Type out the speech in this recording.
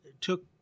took